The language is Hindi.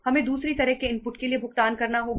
हमें दूसरी तरह के इनपुट के लिए भुगतान करना होगा